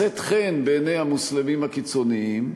לשאת חן בעיני המוסלמים הקיצונים,